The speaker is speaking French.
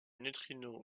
neutrinos